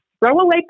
throwaway